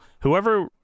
whoever